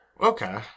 Okay